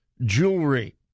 jewelry